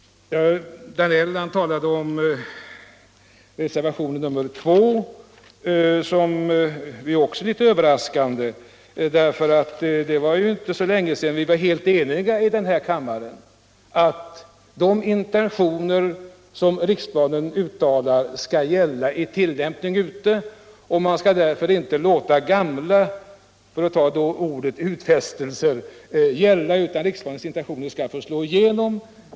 Herr Danell talade om reservationen 2, som också är litet överraskande. Det är inte så länge sedan vi var helt eniga i den här kammaren om att de intentioner som riksplanen uttalar skall gälla vid tillämpningen ute i landet. Man skall därför inte låta gamla utfästelser gälla, utan riksplanens intentioner skall få slå igenom.